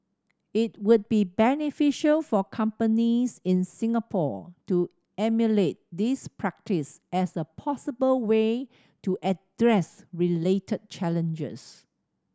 it would be beneficial for companies in Singapore to emulate this practice as a possible way to address related challenges